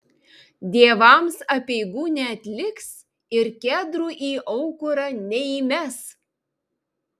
dievams apeigų neatliks ir kedrų į aukurą neįmes